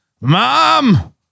Mom